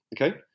Okay